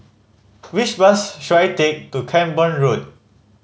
which bus should I take to Camborne Road